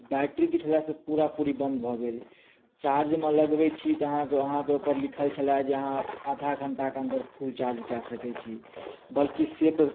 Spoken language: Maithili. बैट्री जे छलए से पूरा पूरी बन्द भऽ गेल चार्जमे लगबै छी तऽ अहाँके अहाँके ओहिपर लिखल छलए जे अहाँ आधाघंटा के अन्दर फूल चार्ज कए सकै छी बल्कि से तऽ